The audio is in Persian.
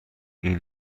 این